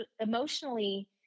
emotionally